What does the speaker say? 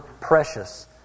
precious